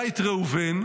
היה ראובן,